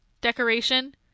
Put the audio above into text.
decoration